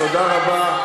תודה רבה.